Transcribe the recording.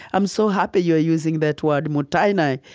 i'm so happy you're using that word mottainai,